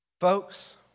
Folks